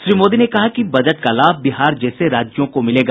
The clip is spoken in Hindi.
श्री मोदी ने कहा बजट का लाभ बिहार जैसे राज्य को मिलेगा